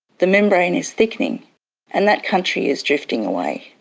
the membrane is thickening and that country is drifting away.